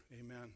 amen